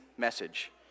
message